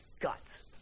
guts